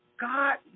God